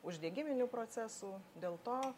uždegiminių procesų dėl to